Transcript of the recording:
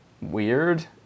weird